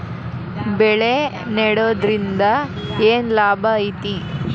ಬೆಳೆ ನೆಡುದ್ರಿಂದ ಏನ್ ಲಾಭ ಐತಿ?